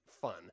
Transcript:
fun